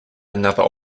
another